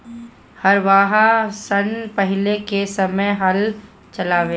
हरवाह सन पहिले के समय हल चलावें